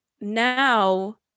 now